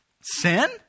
Sin